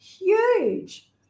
huge